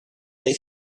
they